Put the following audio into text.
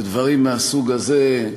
ודברים מהסוג הזה.